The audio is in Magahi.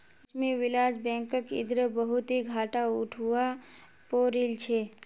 लक्ष्मी विलास बैंकक इधरे बहुत ही घाटा उठवा पो रील छे